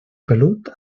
pelut